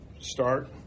start